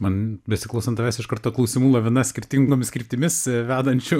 man besiklausant tavęs iš karto klausimų lavina skirtingomis kryptimis vedančių